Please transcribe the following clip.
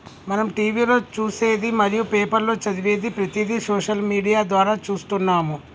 మనం టీవీలో చూసేది మరియు పేపర్లో చదివేది ప్రతిదీ సోషల్ మీడియా ద్వారా చూస్తున్నాము